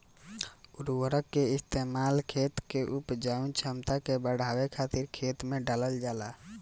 उर्वरक के इस्तेमाल खेत के उपजाऊ क्षमता के बढ़ावे खातिर खेत में डालल जाला